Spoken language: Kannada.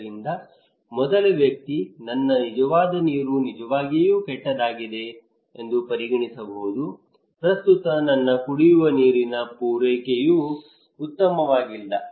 ಆದ್ದರಿಂದ ಮೊದಲ ವ್ಯಕ್ತಿ ನನ್ನ ನಿಜವಾದ ನೀರು ನಿಜವಾಗಿಯೂ ಕೆಟ್ಟದಾಗಿದೆ ಎಂದು ಪರಿಗಣಿಸಬಹುದು ಪ್ರಸ್ತುತ ನನ್ನ ಕುಡಿಯುವ ನೀರಿನ ಪೂರೈಕೆಯು ಉತ್ತಮವಾಗಿಲ್ಲ